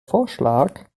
vorschlag